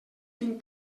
tinc